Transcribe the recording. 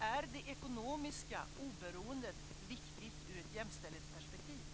Är det ekonomiska oberoendet viktigt ur ett jämställdhetsperspektiv?